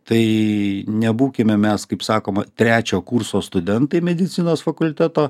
tai nebūkime mes kaip sakoma trečio kurso studentai medicinos fakulteto